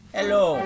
Hello